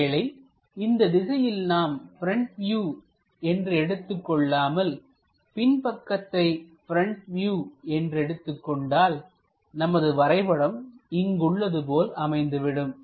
ஒருவேளை இந்த திசையில் நாம் ப்ரெண்ட் வியூ என்று எடுத்துக் கொள்ளாமல் பின்பக்கத்தை ப்ரெண்ட் வியூ என்று எடுத்துக் கொண்டால் நமது வரைபடம் இங்கு உள்ளது போல் அமைந்துவிடும்